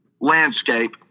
landscape